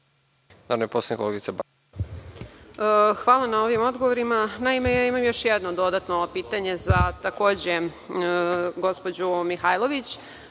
Hvala na ovim odgovorima. Naime, imam još jedno dodatno pitanje za, takođe, gospođu Mihajlović.